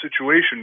situation